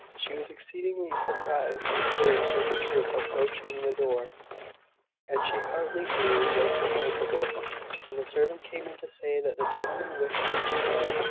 she was exceedingly surprised to observe such a troop approaching the door and she hardly knew what to make of it when the servant came in to say that the gentlemen wished to see her,